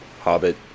Hobbit